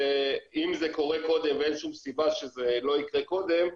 אם זה קורה קודם ואין שום סיבה שזה לא יקרה קודם,